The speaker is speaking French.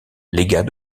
légat